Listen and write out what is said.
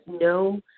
no